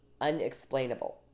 unexplainable